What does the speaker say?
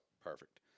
Perfect